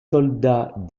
soldats